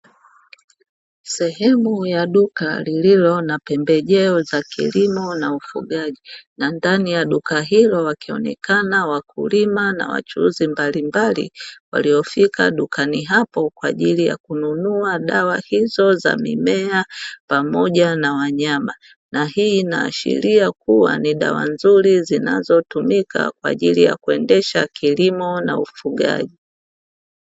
Sehemu ya duka lililo na pembejeo za kilimo na ufugaji, na ndani ya duka hilo wakionekana wakulima na wachuuzi mbalimbali waliofika dukani hapo kwa ajili ya kununua dawa hizo za mimea pamoja na wanyama. Na hii inaashiria kuwa ni dawa nzuri zinazotumika kwa ajili ya kuendesha kilimo na ufugaji.